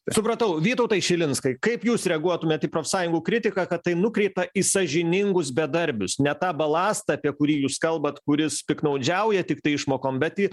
supratau vytautai šilinskai kaip jūs reaguotumėt į profsąjungų kritiką kad tai nukreipta į sąžiningus bedarbius ne tą balastą apie kurį jūs kalbat kuris piktnaudžiauja tiktai išmokom bet į